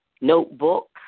notebook